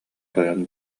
тойон